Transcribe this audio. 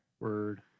Word